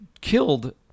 killed